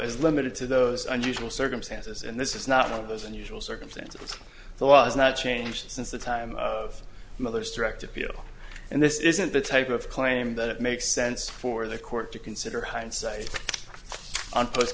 is limited to those unusual circumstances and this is not one of those unusual circumstances the law has not changed since the time of mother's direct appeal and this isn't the type of claim that it makes sense for the court to consider hindsight